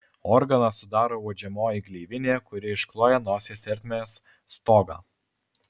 organą sudaro uodžiamoji gleivinė kuri iškloja nosies ertmės stogą